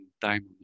time